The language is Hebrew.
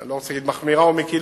אני לא רוצה להגיד מחמירה או מקלה,